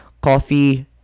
coffee